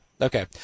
Okay